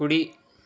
కుడి